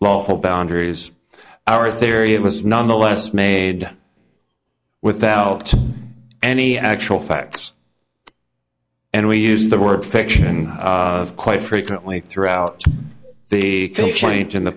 lawful boundaries our theory it was nonetheless made without any actual facts and we used the word fiction quite frequently throughout the film change in the